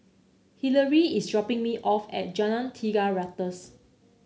Hillery is dropping me off at Jalan Tiga Ratus